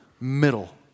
middle